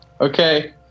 okay